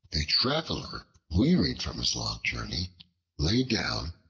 a traveler wearied from a long journey lay down,